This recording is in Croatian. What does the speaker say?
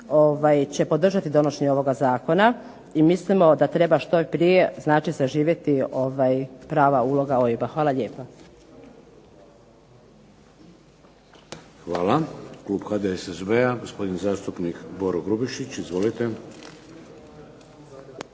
će podržati donošenje ovog zakona i mislimo da treba što je prije zaživjeti prava uloga OIB-a. Hvala lijepa. **Šeks, Vladimir (HDZ)** Hvala. U ime Kluba HDSSB-a gospodin zastupnik Boro Grubišić. Izvolite.